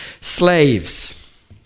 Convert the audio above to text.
Slaves